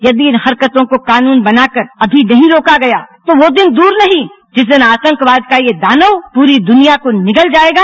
यदि इन हरकतों को कानून बनाकर अभी नहीं रोका गया तो वो दिन दूर नहीं जिस दिन आतंकवाद का ये दानव पूरी दुनिया को निगल जाएगा